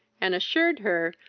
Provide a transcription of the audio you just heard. and assured her,